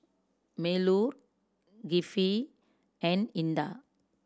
Melur Kifli and Indah